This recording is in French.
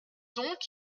donc